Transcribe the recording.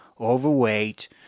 overweight